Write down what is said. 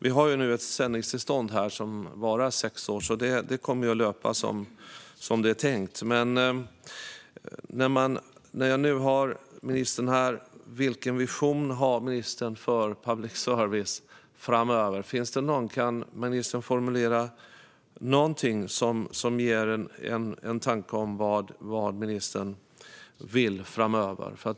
Det finns nu ett sändningstillstånd som varar sex år, och det kommer att löpa som det är tänkt. Men när nu ministern är här undrar jag vilken vision hon har för public service framöver. Kan ministern formulera någonting som ger en tanke om vad ministern vill framöver?